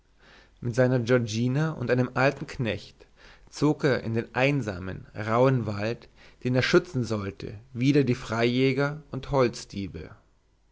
mit seiner giorgina und einem alten knecht zog er in den einsamen rauhen wald den er schützen sollte wider die freijäger und holzdiebe